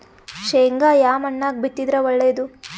ಶೇಂಗಾ ಯಾ ಮಣ್ಣಾಗ ಬಿತ್ತಿದರ ಒಳ್ಳೇದು?